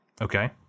Okay